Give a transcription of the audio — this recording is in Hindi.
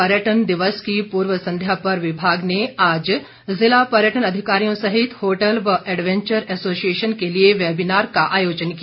पर्यटन दिवस की पूर्व संध्या पर विभाग ने आज जिला पर्यटन अधिकारियों सहित होटल व एडवेंचर एसोसिएशन के लिए वेबिनार का आयोजन किया